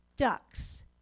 ducks